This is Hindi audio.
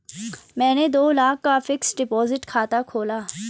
मैंने दो लाख का फ़िक्स्ड डिपॉज़िट खाता खोला